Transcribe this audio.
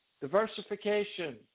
diversification